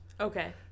Okay